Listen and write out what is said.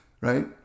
right